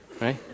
right